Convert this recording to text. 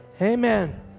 Amen